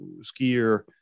skier